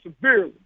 severely